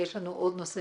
כי יש לנו עוד נושא,